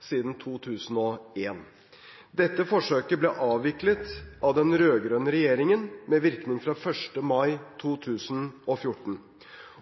siden 2001. Dette forsøket ble avviklet av den rød-grønne regjeringen med virkning fra 1. mai 2014